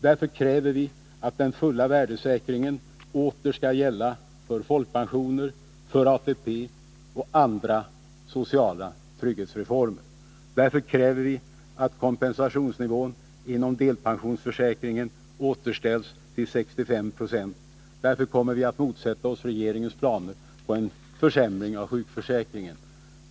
Därför kräver vi att den fulla värdesäkringen åter skall gälla för folkpensioner, för ATP och för andra sociala trygghetsreformer. Därför kräver vi att kompensationsnivån inom delpensionsförsäkringen skall återställas till 65 26. Därför kommer vi att motsätta oss regeringens planer på en försämring av sjukförsäkringen.